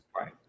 Right